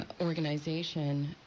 organization